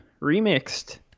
remixed